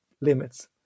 limits